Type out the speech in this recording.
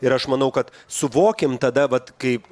ir aš manau kad suvokim tada vat kaip